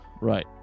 Right